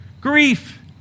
grief